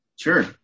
Sure